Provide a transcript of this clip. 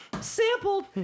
Sampled